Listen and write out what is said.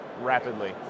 rapidly